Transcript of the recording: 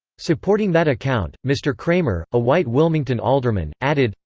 supporting that account, mr. kramer, a white wilmington alderman, added